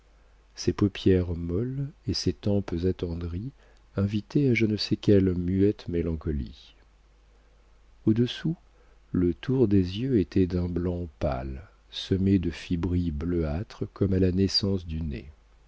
ses paupières molles et ses tempes attendries invitaient à je ne sais quelle muette mélancolie au-dessous le tour des yeux était d'un blanc pâle semé de fibrilles bleuâtres comme à la naissance du nez